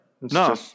no